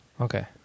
Okay